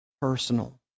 personal